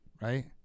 right